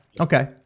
okay